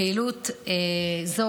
פעילות זו,